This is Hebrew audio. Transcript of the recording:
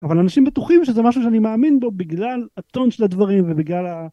אבל אנשים בטוחים שזה משהו שאני מאמין בו בגלל הטון של הדברים ובגלל.